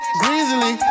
greasily